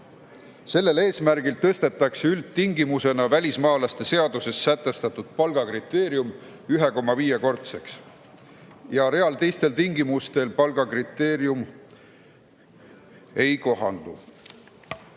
Sellel eesmärgil tõstetakse üldtingimusena välismaalaste seaduses sätestatud palgakriteerium 1,5‑kordseks ja real teistel tingimustel palgakriteerium ei kohaldu.